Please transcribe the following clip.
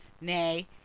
Nay